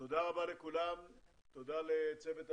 תודה לצוות הוועדה,